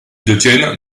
détiennent